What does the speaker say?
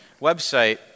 website